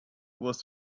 was